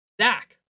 Zach